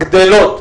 גדלות.